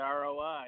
ROI